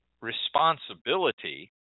responsibility